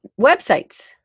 websites